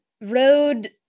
road